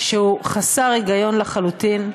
שהוא חסר היגיון לחלוטין.